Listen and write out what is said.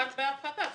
אבל מדובר בהפחתה.